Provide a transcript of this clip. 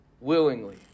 willingly